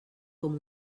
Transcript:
com